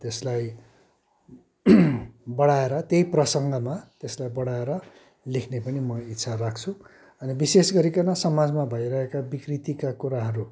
त्यसलाई बढाएर त्यही प्रसङ्गमा त्यसलाई बढाएर लेख्ने पनि म इच्छा राख्छु अनि विशेष गरिकन समाजमा भइरहेका विकृतिका कुराहरू